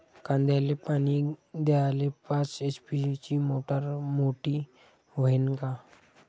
कांद्याले पानी द्याले पाच एच.पी ची मोटार मोटी व्हईन का?